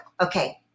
Okay